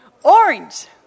Orange